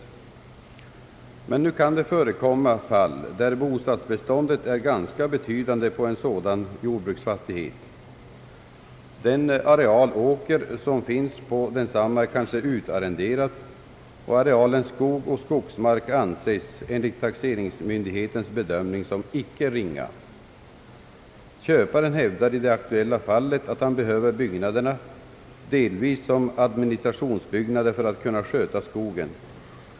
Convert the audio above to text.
Nu kan det emellertid förekomma fall där bostadsbeståndet på en sådan jord bruksfastighet är ganska betydande. Den areal åker som bör till fastigheten kanske är utarrenderad, och arealen skog och skogsmark anses enligt taxeringsmyndigheternas bedömning såsom icke ringa. Köparen hävdar i det aktuella fallet att han delvis behöver byggnaderna såsom administrationslokaler för att kunna sköta skogen.